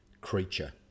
creature